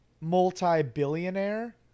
multi-billionaire